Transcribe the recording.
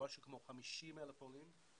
למשהו כמו 50,000 עולים,